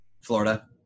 Florida